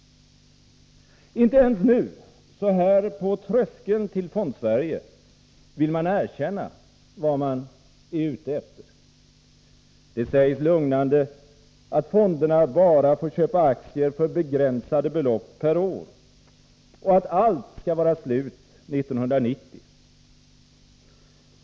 Inte ens nu, så här på tröskeln till Fondsverige, vill man erkänna vad man är ute efter. Det sägs lugnande att fonderna bara får köpa aktier för begränsade belopp per år och att allt skall vara slut 1990.